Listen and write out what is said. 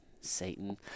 Satan